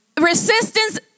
resistance